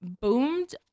boomed